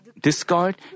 discard